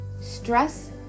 Stress